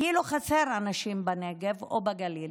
כאילו חסרים אנשים בנגב או בגליל.